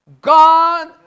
God